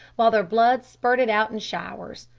while their blood spurted out in showers.